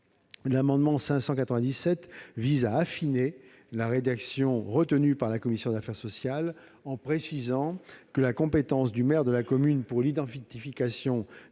l'amendement n° 597 vise à affiner la rédaction retenue par la commission des affaires sociales et à préciser que la compétence du maire de la commune pour l'identification